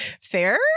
Fair